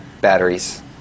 batteries